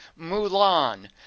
Mulan